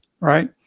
right